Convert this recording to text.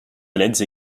lettres